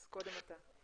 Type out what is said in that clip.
אז קודם אותה.